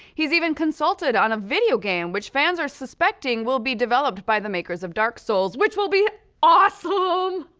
he's even consulted on a video game which fans are suspecting will be developed by the makers of dark souls, which will be awesome!